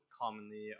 commonly